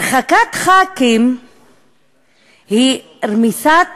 הרחקת חברי כנסת היא רמיסת